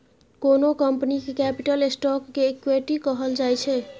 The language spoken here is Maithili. कोनो कंपनीक कैपिटल स्टॉक केँ इक्विटी कहल जाइ छै